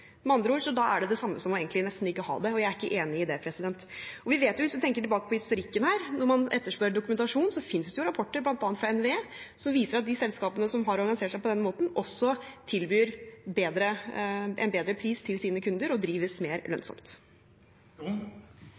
Med andre ord: Da er det det samme som nesten ikke å ha det, og jeg er ikke enig i det. Hvis vi tenker tilbake på historikken, når man etterspør dokumentasjon, finnes det rapporter, bl.a. fra NVE, som viser at de selskapene som har organisert seg på denne måten, også tilbyr en bedre pris til sine kunder og drives mer lønnsomt.